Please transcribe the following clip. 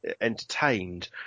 entertained